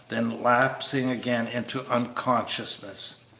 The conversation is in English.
then lapsing again into unconsciousness.